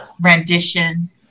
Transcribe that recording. rendition